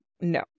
No